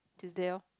Tuesday lor